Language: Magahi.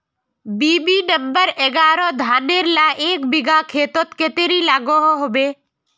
बी.बी नंबर एगारोह धानेर ला एक बिगहा खेतोत कतेरी लागोहो होबे?